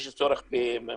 יש צורך במאפייה,